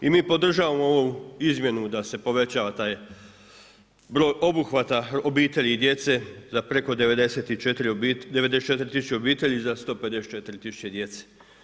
I mi podržavamo ovu izmjenu da se povećava taj broj obuhvata obitelji i djece za preko 94.000 obitelji za 154.000 djece.